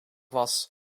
was